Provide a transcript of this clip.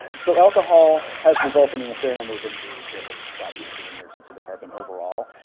so alcohol has resulted in a fair number of injuries that have brought people to the emergency department over all.